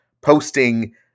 posting